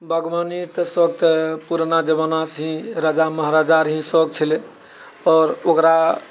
बागवानी तऽ सभकेँ पुरना जमानासँ ही राजा महाराजा रहए सभ छलेै आओर ओकरा